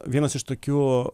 vienas iš tokių